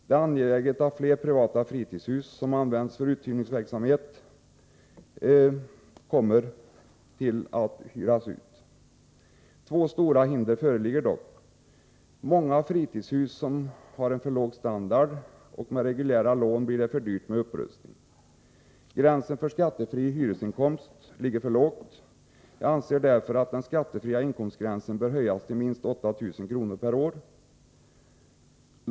Det är angeläget att fler privata fritidshus kan användas för uthyrningsverksamhet. Två stora hinder föreligger dock. Många fritidshus har en för låg standard, och med reguljära lån blir det för dyrt med en upprustning. Gränsen för skattefri hyresinkomst ligger för lågt. Jag anser därför att den skattefria inkomstgränsen bör höjas till minst 8000 kr. per år.